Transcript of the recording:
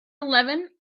eleven